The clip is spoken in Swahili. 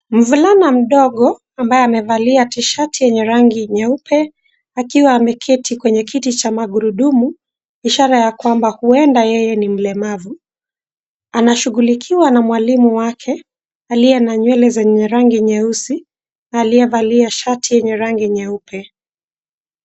Mvulana mdogo ambaye amevalia T-shirt yenye rangi nyeupe, akiwa ameketi kwenye kiti cha magurudumu ishara ya kwamba huenda yeye ni mlemavu. Anashuglikiwa na mwalimu wake, aliye na nywele zenye rangi nyeusi, aliyevalia shati lenye rangi nyeupe.